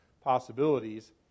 possibilities